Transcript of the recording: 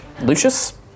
Lucius